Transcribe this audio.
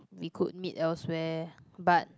we could meet elsewhere but